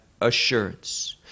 assurance